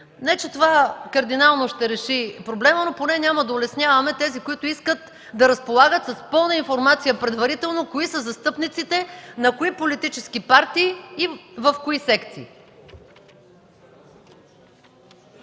Не че това кардинално ще реши проблема, но поне няма да улесняваме тези, които искат да разполагат с пълна информация предварително кои са застъпниците, на кои политически партии и в кои секции.